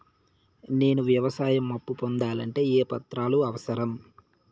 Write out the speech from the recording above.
నేను వ్యవసాయం అప్పు పొందాలంటే ఏ ఏ పత్రాలు అవసరం?